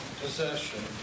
possession